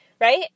right